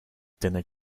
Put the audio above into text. dinner